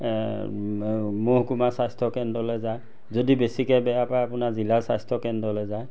মহকুমাৰ স্বাস্থ্য কেন্দ্ৰলে যায় যদি বেছিকে বেয়া পায় আপোনাৰ জিলাৰ স্বাস্থ্যকেন্দ্ৰলে যায়